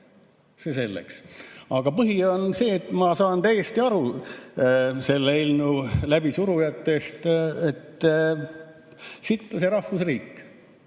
See selleks. Aga põhiline on see, et ma saan täiesti aru selle eelnõu läbisurujatest, et sitta see rahvusriik.